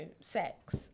sex